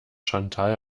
chantal